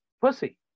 Pussy